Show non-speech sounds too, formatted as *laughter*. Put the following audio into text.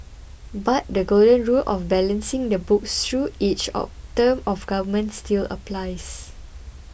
but the golden rule of balancing the books through each *unintelligible* term of government still applies